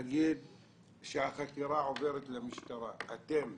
במידה והחקירה עוברת למשטרה, האם אתם